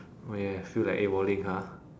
oh ya ya feel like AWOLing ah